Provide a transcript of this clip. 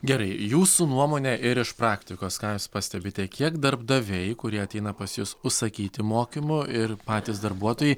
gerai jūsų nuomone ir iš praktikos ką jūs pastebite kiek darbdaviai kurie ateina pas jus užsakyti mokymų ir patys darbuotojai